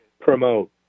promote